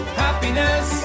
happiness